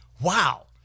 Wow